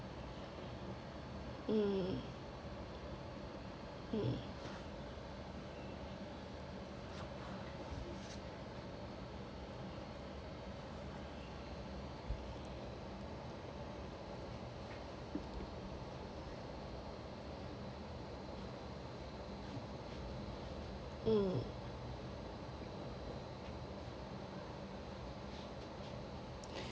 mm mm mm